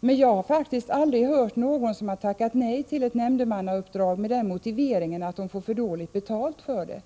Jag har faktiskt aldrig hört att någon tackat nej till ett nämndemannauppdrag med motiveringen att man får dåligt betalt för det.